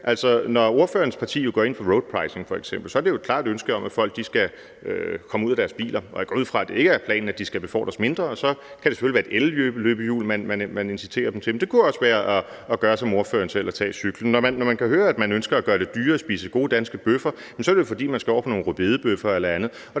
Når ordførerens parti f.eks. går ind for roadpricing, så er det ud fra et klart ønske om, at folk skal komme ud af deres biler. Og jeg går da ud fra, at det ikke er planen, at de skal befordres mindre – så kan det selvfølgelig være et elløbehjul, man skaber et incitament for, men det kunne også være at gøre, som ordføreren selv gør, nemlig at tage cyklen. Når vi kan høre, at man ønsker at gøre det dyrere at spise gode danske bøffer, så er det jo, fordi vi skal over på nogle rødbedebøffer eller andet.